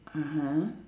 (uh huh)